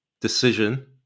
decision